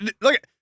Look